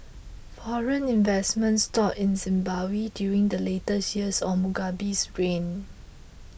foreign investment stalled in Zimbabwe during the later years of Mugabe's reign